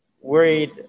Worried